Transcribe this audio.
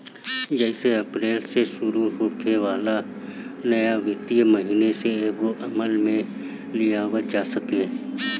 जेसे अप्रैल से शुरू होखे वाला नया वित्तीय महिना से एके अमल में लियावल जा सके